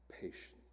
patience